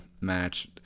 match